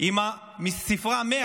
עם הספרה 100,